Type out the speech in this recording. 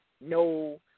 no